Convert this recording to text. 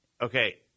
Okay